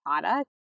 product